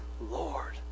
Lord